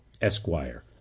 Esquire